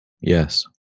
Yes